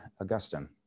Augustine